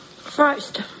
First